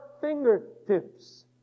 fingertips